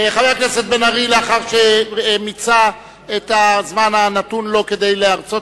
לאחר שמיצה את הזמן הנתון לו כדי להרצות